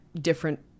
different